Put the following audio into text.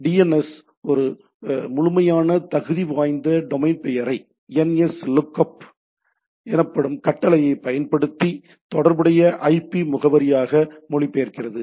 DNS ஒரு முழுமையான தகுதி வாய்ந்த டொமைன் பெயரை nslookup எனப்படும் கட்டளையைப் பயன்படுத்தி தொடர்புடைய ஐபி முகவரியாக மொழிபெயர்க்கிறது